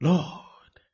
Lord